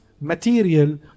material